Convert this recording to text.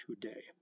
today